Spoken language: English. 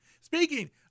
Speaking